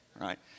right